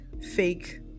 fake